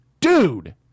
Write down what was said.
Dude